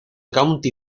county